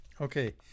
Okay